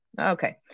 Okay